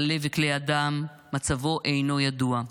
הלב וכלי הדם, מצבו אינו ידוע.